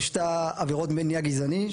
יש עבירות ממניע גזעני,